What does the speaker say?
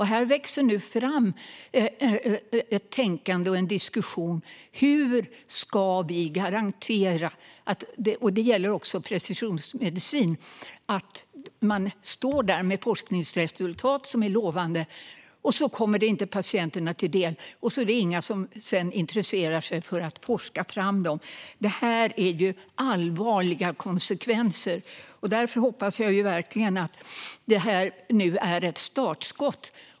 Här växer nu fram ett tänkande och en diskussion om hur vi ska garantera - det gäller också precisionsmedicin - att man inte får lovande forskningsresultat som sedan inte kommer patienterna till del. Då är det inte någon som intresserar sig för att forska fram medicinerna. Det skulle få allvarliga konsekvenser. Därför hoppas jag verkligen att det här nu blir ett startskott.